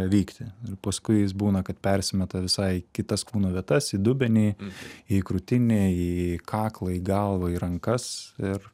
vykti ir paskui jis būna kad persimeta visai į kitas kūno vietas į dubenį į krūtinę į kaklą į galvą į rankas ir